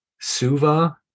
suva